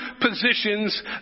positions